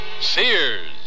Sears